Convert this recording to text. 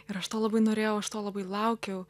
ir aš to labai norėjau aš to labai laukiau